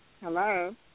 Hello